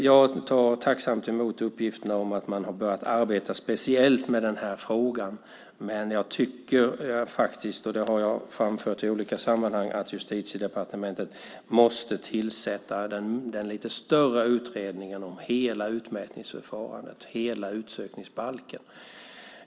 Jag tar tacksamt emot uppgiften om att man har börjat arbeta speciellt med den här frågan. Men jag tycker, som jag har framfört i olika sammanhang, att Justitiedepartementet måste tillsätta den lite större utredningen om hela utmätningsförfarandet, hela utsökningsbalken.